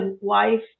wife